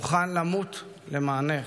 מוכן למות למענך,